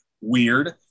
Weird